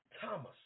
Thomas